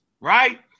right